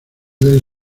del